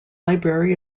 library